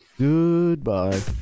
Goodbye